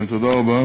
כן, תודה רבה.